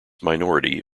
minority